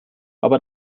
aber